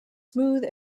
smooth